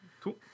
cool